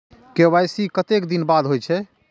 KYC कतेक दिन बाद होई छै?